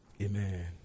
Amen